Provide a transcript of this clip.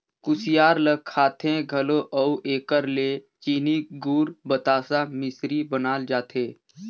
कुसियार ल खाथें घलो अउ एकर ले चीनी, गूर, बतासा, मिसरी बनाल जाथे